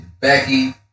Becky